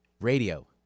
Radio